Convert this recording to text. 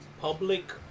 public